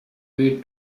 way